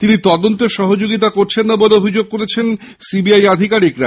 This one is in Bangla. তিনি তদন্তে সাহায্য করছে না বলে অভিযোগ করেছেন সিবিআই আধিকারিকরা